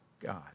God